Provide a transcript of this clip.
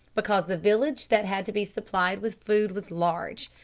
because the village that had to be supplied with food was large,